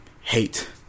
hate